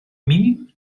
mínim